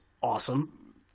awesome